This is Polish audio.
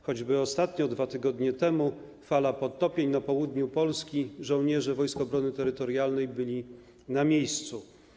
Choćby ostatnio, 2 tygodnie temu podczas fali podtopień na południu Polski, żołnierze Wojsk Obrony Terytorialnej byli na miejscu.